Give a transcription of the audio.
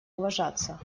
уважаться